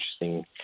interesting